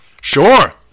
Sure